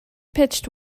pitched